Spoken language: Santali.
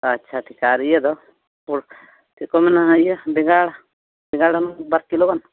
ᱟᱪᱪᱷᱟ ᱴᱷᱤᱠᱟ ᱟᱨ ᱤᱭᱟᱹᱫᱚ ᱪᱮᱫᱠᱚ ᱢᱮᱱᱟᱜ ᱵᱮᱸᱜᱟᱲ ᱵᱮᱸᱜᱟᱲ ᱦᱩᱱᱟᱹᱝ ᱵᱟᱨ ᱠᱤᱞᱳᱜᱟᱱ